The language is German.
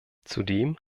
zudem